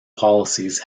policies